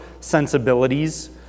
sensibilities